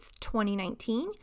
2019